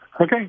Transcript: okay